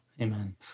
Amen